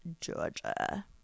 Georgia